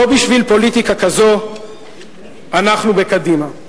לא בשביל פוליטיקה כזאת אנחנו בקדימה.